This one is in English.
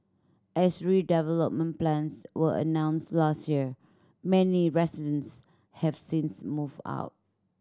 as redevelopment plans were announced last year many residents have since moved out